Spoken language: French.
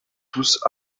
tous